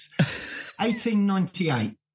1898